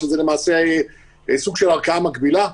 שזה למעשה סוג של ערכאה מקבילה.